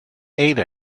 ate